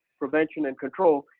prevention, and control,